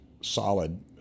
solid